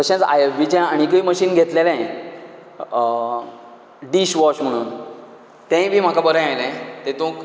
तशेंच I F B चे आनीकय मशीन घेतलेलें डीश वॉश म्हणून तेय बी म्हाका बरें आयलें तेतूंत